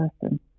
person